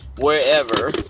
wherever